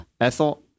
Ethel